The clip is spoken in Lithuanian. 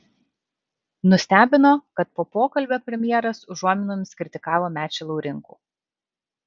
nustebino kad po pokalbio premjeras užuominomis kritikavo mečį laurinkų